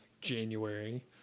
January